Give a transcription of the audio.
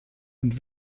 und